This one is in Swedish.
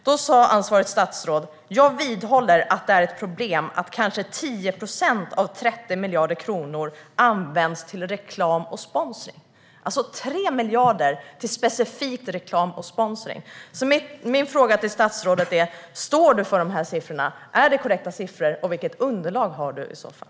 Då sa det ansvariga statsrådet: "Jag vidhåller att det är ett problem att kanske 10 procent av 30 miljarder används till reklam och sponsring." 3 miljarder skulle alltså specifikt gå till reklam och sponsring. Min fråga till statsrådet är: Står du för dessa siffror? Är de korrekta? Vilket underlag har du i så fall?